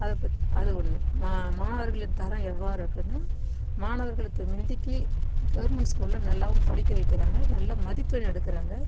அது பத் அது ஒன்று மா மாணவர்களின் தரம் எவ்வாறு இருக்குதுன்னா மாணவர்கள் இப்போ மிந்திக்கு கெவர்மெண்ட் ஸ்கூலில் நல்லாவும் படிக்க வைக்கிறாங்க நல்ல மதிப்பெண் எடுக்கிறாங்க